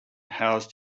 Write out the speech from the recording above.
housed